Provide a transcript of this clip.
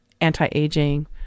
anti-aging